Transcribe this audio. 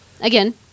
again